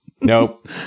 Nope